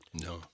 No